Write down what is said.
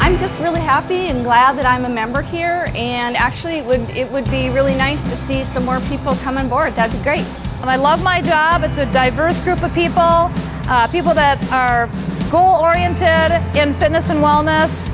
i'm just really happy and glad that i'm a member here and actually it would it would be really nice to see some more people come on board that's great and i love my job it's a diverse group of people people that are goal oriented again fitness and wellness